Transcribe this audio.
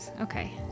Okay